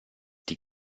die